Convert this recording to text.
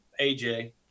AJ